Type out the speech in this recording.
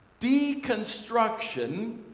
deconstruction